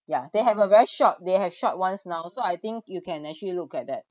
ya they have a very short they have short ones now so I think you can actually look at that